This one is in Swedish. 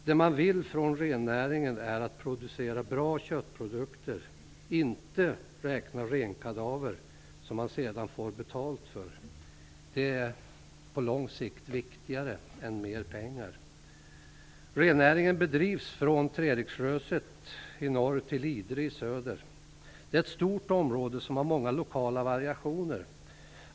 Det man från rennäringens sida vill göra är att producera bra köttprodukter - inte räkna renkadaver som man sedan får betalt för. Det är på lång sikt viktigare än mer pengar. Idre i söder. Det är ett stort område som har många lokala variationer.